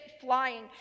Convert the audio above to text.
flying